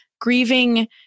grieving